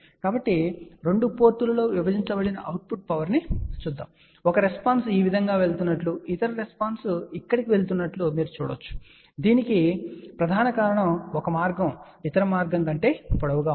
కాబట్టి 2 పోర్టులలో విభజించబడిన అవుట్పుట్ పవర్ను చూద్దాం ఒక రెస్పాన్స్ ఈ విధంగా వెళ్తున్నట్లు ఇతర రెస్పాన్స్ ఇక్కడకు వెళుతున్నట్లు మీరు చూడవచ్చు మరియు దీనికి ప్రధాన కారణం ఒక మార్గం ఇతర మార్గం కంటే పొడవుగా ఉంటుంది